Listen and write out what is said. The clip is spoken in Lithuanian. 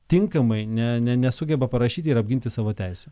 tinkamai ne ne nesugeba parašyti ir apginti savo teisių